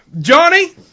Johnny